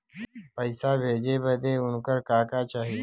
पैसा भेजे बदे उनकर का का चाही?